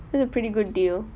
that's a pretty good deal